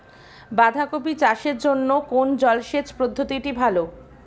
বাঁধাকপি চাষের জন্য কোন জলসেচ পদ্ধতিটি ভালো?